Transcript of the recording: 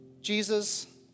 Jesus